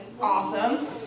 Awesome